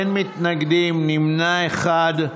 אין מתנגדים, נמנע אחד.